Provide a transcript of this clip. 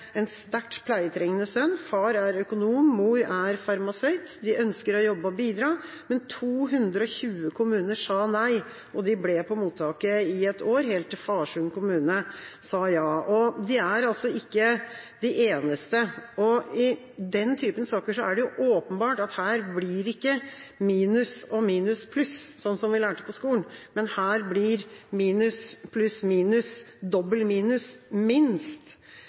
en sterkt pleietrengende sønn – far er økonom, mor er farmasøyt. De ønsker å jobbe og bidra. Men 220 kommuner sa nei, og de ble på mottaket i ett år, helt til Farsund kommune sa ja. Og de er altså ikke de eneste. I den typen saker er det åpenbart at her blir ikke minus og minus til pluss, som vi lærte på skolen, men her blir minus og minus til dobbelt minus – minst.